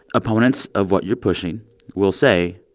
opponents of what you're pushing will say,